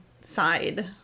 side